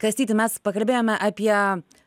kastyti mes pakalbėjome apie